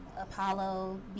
Apollo